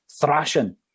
thrashing